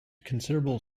considerable